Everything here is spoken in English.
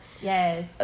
Yes